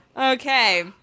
Okay